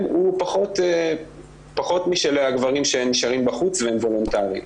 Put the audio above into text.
פחות משל דברים שנשארו בחוץ והם באים וולונטארית.